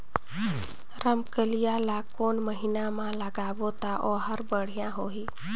रमकेलिया ला कोन महीना मा लगाबो ता ओहार बेडिया होही?